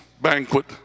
banquet